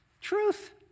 Truth